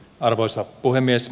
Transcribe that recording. arvoisa puhemies